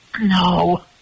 No